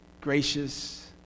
gracious